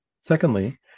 Secondly